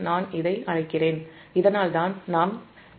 நான் இதை அழைக்கிறேன் இதனால்தான் நாம் 3ZfIa0 ஐ எழுதுகிறோம்